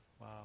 Wow